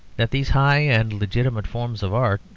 that these high and legitimate forms of art,